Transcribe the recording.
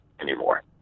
anymore